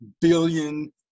billion